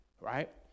right